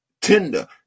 tender